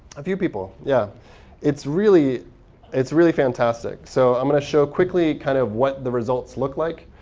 a few people, yeah it's really it's really fantastic. so i'm going to show quickly kind of what the results look like.